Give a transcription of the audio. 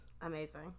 amazing